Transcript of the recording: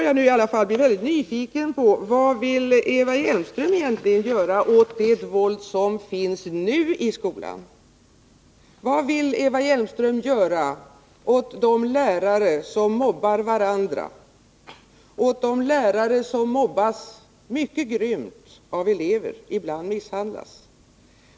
Jag är nyfiken på vad Eva Hjelmström egentligen vill göra åt det våld som nu förekommer i skolan. Vad vill Eva Hjelmström göra åt de lärare som mobbar varandra och åt de lärare som mobbas mycket grymt av elever och ibland misshandlas?